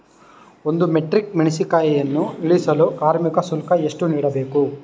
ಒಂದು ಮೆಟ್ರಿಕ್ ಮೆಣಸಿನಕಾಯಿಯನ್ನು ಇಳಿಸಲು ಕಾರ್ಮಿಕ ಶುಲ್ಕ ಎಷ್ಟು ನೀಡಬೇಕು?